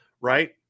right